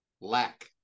lack